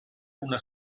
una